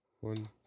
One